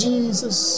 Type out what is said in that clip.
Jesus